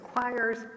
choir's